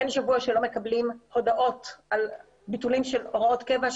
אין שבוע שלא מקבלים הודעות על ביטולים של הוראות קבע,